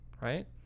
right